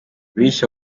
bishe